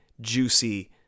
juicy